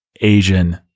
asian